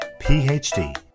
PhD